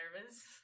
nervous